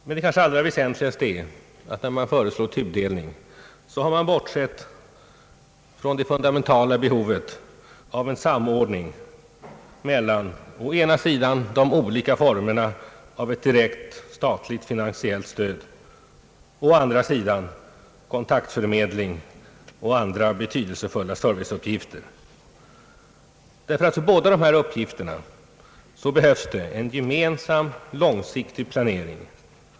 Men det kanske allra väsentligaste är att man har bortsett från det fundamentala behovet av en samordning mellan å ena sidan de olika formerna och inriktningen av ett direkt statligt finansiellt stöd och å andra sidan kontaktförmedling och övriga betydelsefulla serviceuppgifter. För dessa uppgifter behövs det nämligen en gemensam, långsiktig planering.